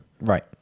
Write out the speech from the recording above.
Right